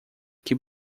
que